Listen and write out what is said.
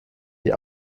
die